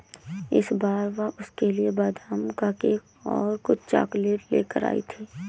इस बार वह उसके लिए बादाम का केक और कुछ चॉकलेट लेकर आई थी